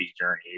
journey